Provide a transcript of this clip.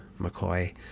McCoy